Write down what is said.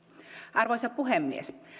arvoisa puhemies